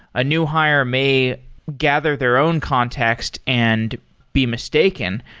a new hire may gather their own context and be mistaken.